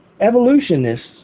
evolutionists